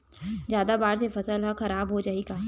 जादा बाढ़ से फसल ह खराब हो जाहि का?